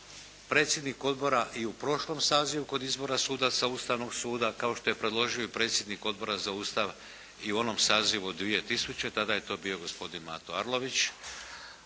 predsjednik odbora i u prošlom sazivu kod izbora sudaca Ustavnog suda kao što je predložio i predsjednik Odbora za Ustav i u onom sazivu od 2000. Tada je to bio gospodin Mato Arlović.